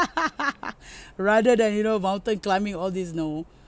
rather than you know mountain climbing all these know